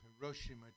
Hiroshima